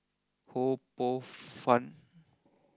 Ho Poh fun